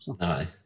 Aye